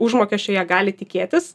užmokesčio jie gali tikėtis